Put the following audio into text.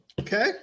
Okay